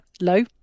low